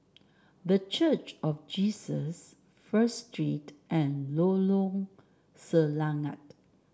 The Church of Jesus First Street and Lorong Selangat